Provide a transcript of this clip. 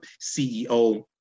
CEO